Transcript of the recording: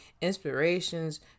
inspirations